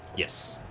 yes.